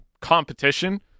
competition